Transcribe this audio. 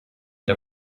der